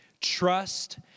trust